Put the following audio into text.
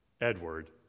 Edward